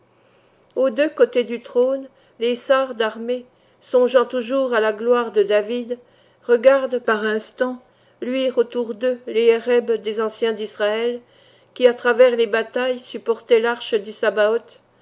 aux deux côtés du trône les sars darmées songeant toujours à la gloire de david regardent par instants luire autour d'eux les herrebs des anciens d'israël qui à travers les batailles supportaient l'arche du sabaoth